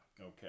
Okay